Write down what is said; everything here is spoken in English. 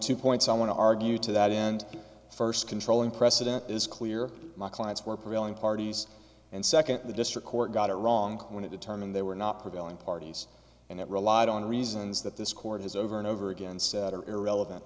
two points i want to argue to that end first controlling precedent is clear my clients were prevailing parties and second the district court got it wrong when it determined they were not prevailing parties and it relied on reasons that this court has over and over again said or irrelevant